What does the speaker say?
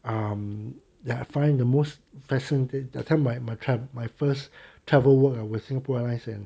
um that I find the most fashion did that time my my card my first travel work with singapore airlines and